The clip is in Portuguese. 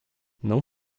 não